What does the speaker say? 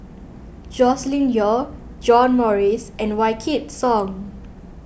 Joscelin Yeo John Morrice and Wykidd Song